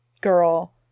girl